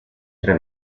tre